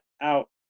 out